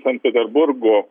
sankt peterburgo